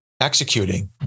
executing